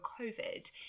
covid